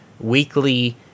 weekly